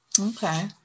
Okay